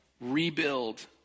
rebuild